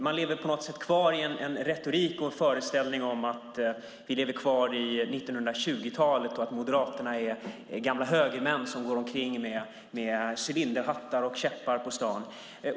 Man lever på något sätt kvar i en retorik och en föreställning om att vi lever kvar i 1920-talet och att Moderaterna är gamla högermän som går omkring med cylinderhattar och käppar på staden.